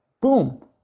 boom